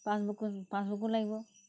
পাছবুকো পাছবুকো লাগিব